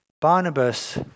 Barnabas